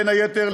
בין היתר,